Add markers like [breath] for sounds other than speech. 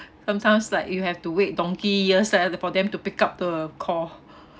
sometimes like you have to wait donkey years ah for them to pick up the call [breath]